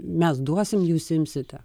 mes duosim jūs imsite